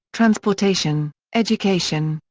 transportation, education,